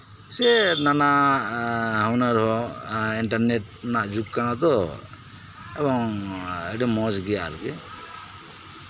ᱥᱮ ᱱᱟᱱᱟᱦᱩᱱᱟᱹᱨ ᱤᱱᱴᱟᱨᱱᱮᱴ ᱨᱮᱱᱟᱜ ᱡᱩᱜᱽ ᱠᱟᱱᱟ ᱛᱚ ᱮᱵᱚᱝ ᱟᱰᱤ ᱢᱚᱸᱡᱽ ᱜᱮᱭᱟ ᱟᱨᱠᱤ